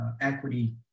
equity